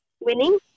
winning